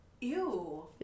Ew